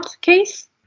case